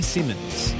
Simmons